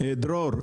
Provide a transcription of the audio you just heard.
זה בלתי אפשרי.